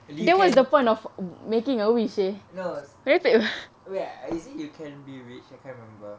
lee kuan yew no ah is it you can be rich I can't remember